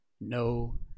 no